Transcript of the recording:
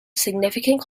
significant